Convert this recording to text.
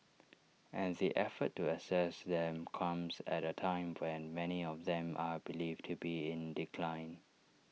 and the effort to assess them comes at A time when many of them are believed to be in decline